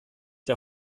der